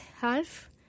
half